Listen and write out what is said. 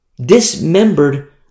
Dismembered